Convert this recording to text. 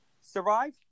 Survive